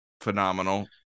phenomenal